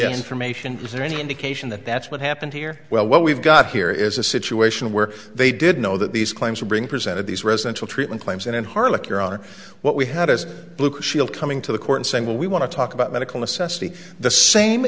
information is there any indication that that's what happened here well what we've got here is a situation where they did know that these claims were being presented these residential treatment claims and in harlech your honor what we had as blue shield coming to the court saying well we want to talk about medical necessity the same